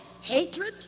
hatred